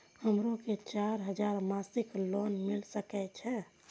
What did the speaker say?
हमरो के चार हजार मासिक लोन मिल सके छे?